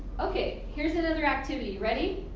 okay. here's another activity. ready?